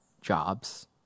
jobs